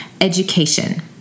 education